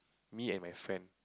me and my friend